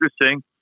interesting